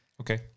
Okay